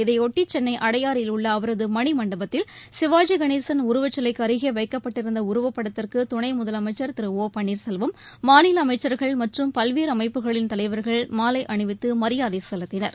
இதையொட்டி சென்னை அடையாறில் உள்ள அவரது மணிமண்டபத்தில் சிவாஜிகணேசன் உருவச்சிலைக்கு அருகே வைக்கப்பட்டிருந்த உருவப்படத்திற்கு துணை முதலமைச்சர் திரு ஒ பன்னீர்செல்வம் மாநில அமைச்சர்கள் மற்றும் பல்வேறு அமைப்புகளின் தலைவர்கள் மாலை அணிவித்து மரியாதை செலுத்தினர்